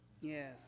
yes